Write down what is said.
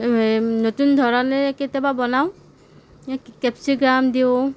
নতুন ধৰণেৰে কেতিয়াবা বনাওঁ কেপচিকাম দিওঁ